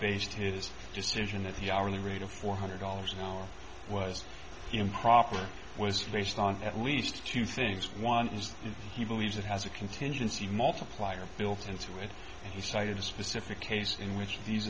based his decision at the hourly rate of four hundred dollars an hour was improper was based on at least two things one is that he believes it has a contingency multiplier built into it and he cited a specific case in which these